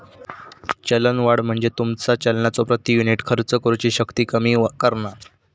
चलनवाढ म्हणजे तुमचा चलनाचो प्रति युनिट खर्च करुची शक्ती कमी करणा